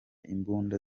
imbunda